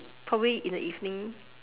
probably in the evening